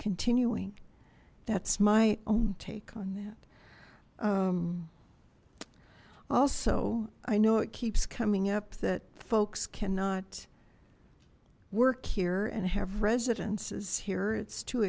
continuing that's my own take on that also i know it keeps coming up that folks cannot work here and have residences here it's too